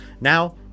now